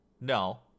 no